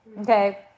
okay